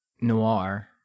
Noir